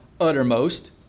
uttermost